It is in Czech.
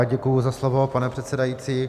Děkuji za slovo, pane předsedající.